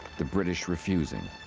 the british refusing.